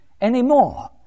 anymore